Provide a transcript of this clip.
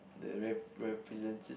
the rep~ represented